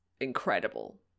incredible